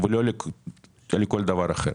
לא לכל דבר אחר,